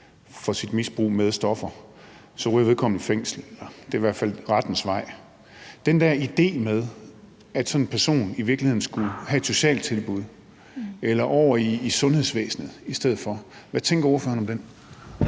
for sit misbrug af stoffer, så ryger vedkommende i fængsel. Det er i hvert fald rettens vej. Hvad tænker ordføreren om den der idé med, at sådan en person i virkeligheden skulle have et socialtilbud eller over i sundhedsvæsenet i stedet for? Kl. 20:58 Formanden (Søren